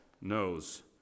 knows